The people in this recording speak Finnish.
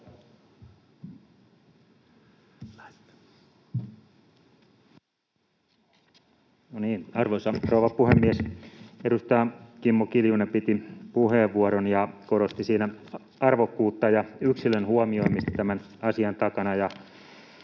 Arvoisa rouva puhemies! Edustaja Kimmo Kiljunen piti puheenvuoron ja korosti siinä arvokkuutta ja yksilön huomioimista tämän asian takana.